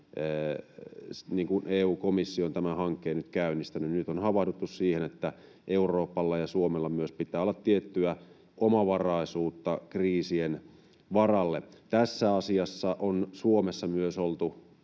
niin kuin EU-komissio on tämän hankkeen nyt käynnistänyt. Nyt on havahduttu siihen, että Euroopalla ja myös Suomella pitää olla tiettyä omavaraisuutta kriisien varalle. Tässä asiassa on Suomessa myös oltu